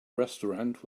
restaurant